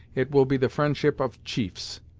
it will be the friendship of chiefs.